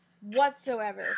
Whatsoever